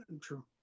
true